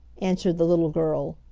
answered the little girl.